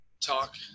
talk